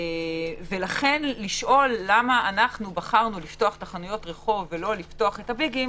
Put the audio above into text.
לכן לשאול למה בחרנו לפתוח חנויות רחוב ולא את הביגים